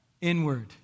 Inward